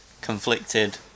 conflicted